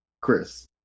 Chris